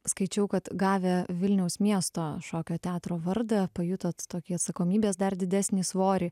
skaičiau kad gavę vilniaus miesto šokio teatro vardą pajuto tokį atsakomybės dar didesnį svorį